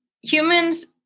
humans